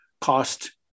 cost